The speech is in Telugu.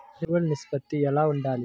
ఎరువులు నిష్పత్తి ఎలా ఉండాలి?